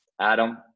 adam